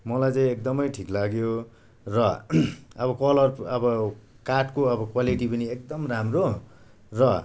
मलाई चाहिँ एकदमै ठिक लाग्यो र अब कलर अब काठको अब क्वालिटी पनि एकदम राम्रो र